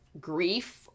grief